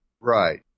Right